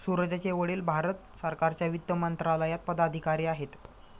सूरजचे वडील भारत सरकारच्या वित्त मंत्रालयात पदाधिकारी आहेत